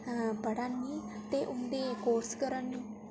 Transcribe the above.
पढ़ै'नी ते उंदे कोर्स करै'नीं